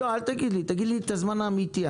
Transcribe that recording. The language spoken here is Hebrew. תגיד לי את הזמן האמיתי.